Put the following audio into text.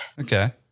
Okay